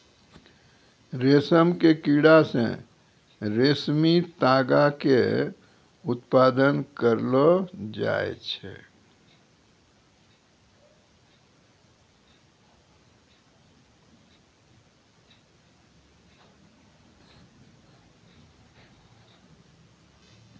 रेशम के कीड़ा से रेशमी तागा के उत्पादन करलो जाय छै